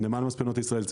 נמל מספנות ישראל.